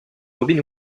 robin